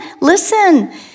listen